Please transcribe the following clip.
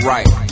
Right